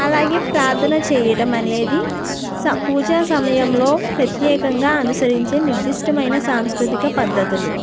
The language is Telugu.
అలాగే ప్రార్థన చేయడం అనేది సం పూజా సమయంలో ప్రత్యేకంగా అనుసరించే నిర్దిష్టమైన సాంస్కృతిక పద్ధతులు